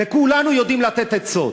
וכולנו יודעים לתת עצות,